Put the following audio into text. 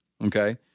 okay